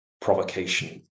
Provocation